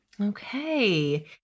okay